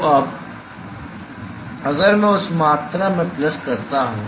तो अब अगर मैं उस मात्रा में प्लग करता हूं